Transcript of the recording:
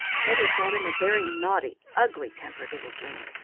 teddy thought him a very naughty, ugly-tempered little dream,